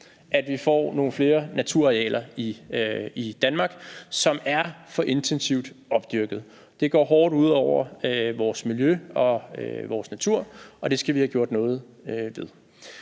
at vi får nogle flere naturarealer i Danmark, som er for intensivt opdyrket. Det går hårdt ud over vores miljø og vores natur, og det skal vi have gjort noget ved.